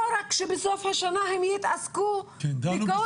לא רק שבסוף השנה הם יתעסקו בקושי בהשמות.